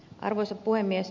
arvoisa puhemies